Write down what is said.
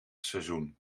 seizoen